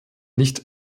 nicht